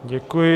Děkuji.